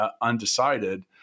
undecided